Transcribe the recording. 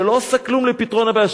שלא עושה כלום לפתרון הבעיה.